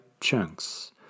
chunks